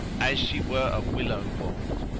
as she were a willow-wand.